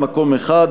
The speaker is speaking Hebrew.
מקום אחד,